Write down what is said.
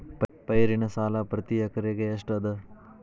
ಪೈರಿನ ಸಾಲಾ ಪ್ರತಿ ಎಕರೆಗೆ ಎಷ್ಟ ಅದ?